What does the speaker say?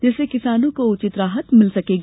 जिससे किसानों को उचित राहत मिल सकेगी